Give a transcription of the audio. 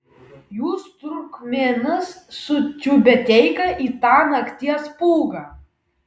jūs turkmėnas su tiubeteika į tą nakties pūgą